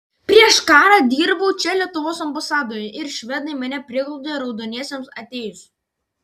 prieš karą dirbau čia lietuvos ambasadoje ir švedai mane priglaudė raudoniesiems atėjus